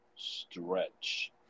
stretch